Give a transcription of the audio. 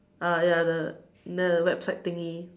ah ya the the website thingy